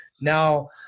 Now